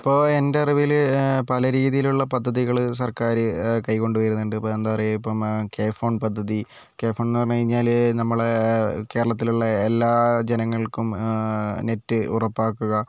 ഇപ്പോൾ എൻ്റെ അറിവിൽ പല രീതിയിലുള്ള പദ്ധതികൾ സർക്കാർ കൈക്കൊണ്ട് വരുന്നുണ്ട് എന്താണ് പറയുക ഇപ്പം കേ ഫോൺ പദ്ധതി കേ ഫോൺ എന്ന് പറഞ്ഞു കഴിഞ്ഞാൽ നമ്മളെ കേരളത്തിലുള്ള എല്ലാ ജനങ്ങൾക്കും നെറ്റ് ഉറപ്പാക്കുക